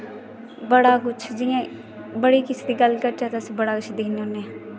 बड़ा कुछ जियां बड़े किसे दी गल्ल करचै ते अस बड़ा किश दिक्खने होन्ने